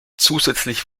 zusätzlich